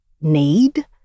need